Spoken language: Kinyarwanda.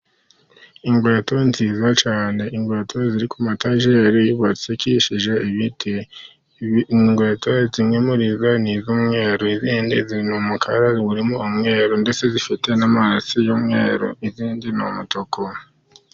Inkweto nziza cyane, inkweto ziri ku mayetajeri yubakishije ibiti. Inkweto zimwe muri zo ni umweru, izindi ni umukara urimo umweru. Ndetse zifite n'amarase y'umweru, izindi ni umutuku.